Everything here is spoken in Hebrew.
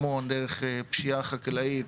דרך פשיעה חקלאית,